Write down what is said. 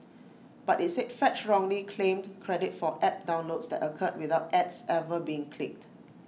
but IT said fetch wrongly claimed credit for app downloads that occurred without ads ever being clicked